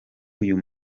uyu